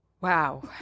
wow